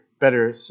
better